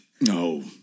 No